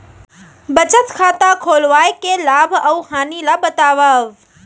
बचत खाता खोलवाय के लाभ अऊ हानि ला बतावव?